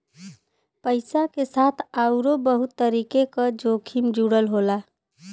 पइसा के साथ आउरो बहुत तरीके क जोखिम जुड़ल होला